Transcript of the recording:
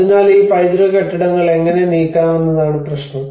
അതിനാൽ ഈ പൈതൃക കെട്ടിടങ്ങൾ എങ്ങനെ നീക്കാമെന്നതാണ് പ്രശ്നം